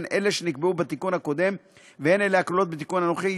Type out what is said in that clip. הן אלה שנקבעו בתיקון הקודם והן אלה הכלולות בתיקון הנוכחי,